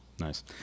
nice